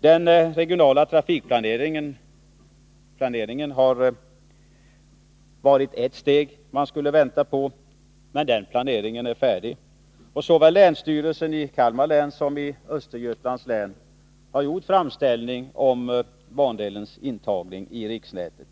Den regionala trafikplaneringen har varit ett steg som man skulle vänta på. Men den planeringen är färdig, och såväl länsstyrelsen i Kalmar län som i Östergötlands län har gjort en framställning om bandelens införande i riksnätet.